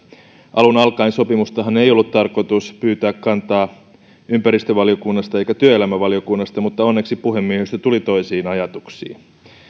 alun alkaenhan sopimukseen ei ollut tarkoitus pyytää kantaa ympäristövaliokunnasta eikä työelämävaliokunnasta mutta onneksi puhemiehistö tuli toisiin ajatuksiin